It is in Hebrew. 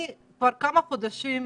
אני כבר כמה חודשים,